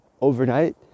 overnight